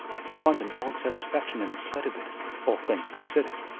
you find an odd satisfaction in the sight of it all things considered,